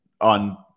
on